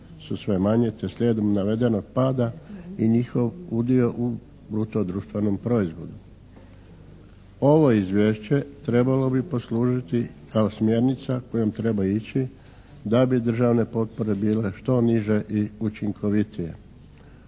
su sve manje te slijedom navedenog pada i njihov udio u bruto društvenom proizvodu. Ovo izvješće trebalo bi poslužiti kao smjernica kojom treba ići da bi državne potpore bile što niže i učinkovitije.